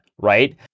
Right